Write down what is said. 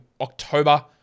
October